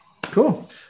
cool